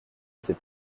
ces